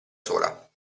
sola